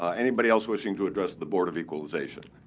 anybody else wishing to address the board of equalization?